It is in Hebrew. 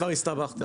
כבר הסתבכת.